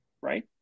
right